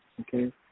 okay